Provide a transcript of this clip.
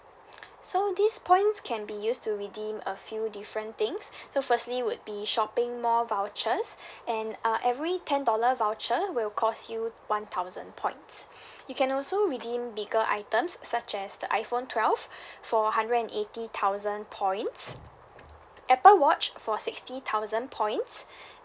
so these points can be used to redeem a few different things so firstly would be shopping mall vouchers and uh every ten dollar voucher will cost you one thousand points you can also redeem bigger items such as the iphone twelve for hundred and eighty thousand points apple watch for sixty thousand points